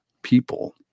people